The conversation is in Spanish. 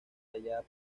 tallada